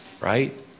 Right